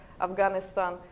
Afghanistan